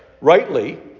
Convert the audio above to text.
rightly